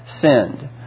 sinned